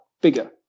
bigger